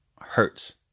hurts